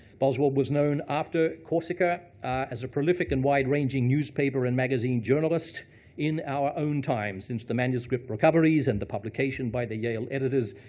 boswell was known after corsica as a prolific and wide ranging newspaper and magazine journalist in our own time. since the manuscript recoveries and the publication by the yale editors,